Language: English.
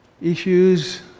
issues